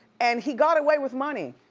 and he got away with money.